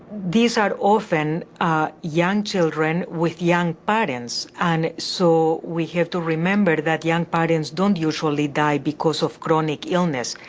these are often young children with young parents and, so, we have to remember that young parents don't usually die because of chronic illness.